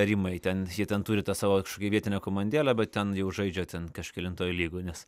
arimai ten jie ten turi tą savo kažkokią vietinę komandėlę bet ten jau žaidžia ten kažkelintoj lygoj nes